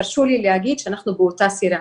תרשו לי להגיד שאנחנו באותה סירה,